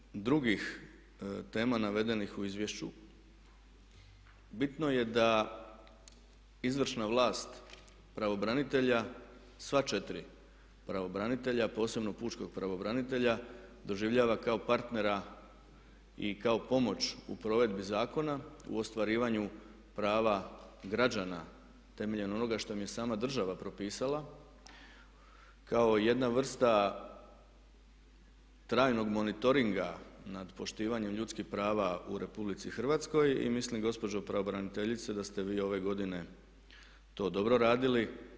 Što se tiče drugih tema navedenih u izvješću, bitno je da izvršna vlast pravobranitelja, sva 4 pravobranitelja posebno pučkog pravobranitelja doživljava kao partnera i kao pomoć u provedbi zakona, u ostvarivanju prava građana temeljem onoga što im je sama država propisala kao jedna vrsta trajnog monitoringa na poštivanju ljudskih prava u RH i mislim gospođo pravobraniteljice da ste vi ove godine to dobro radili.